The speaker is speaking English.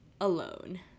alone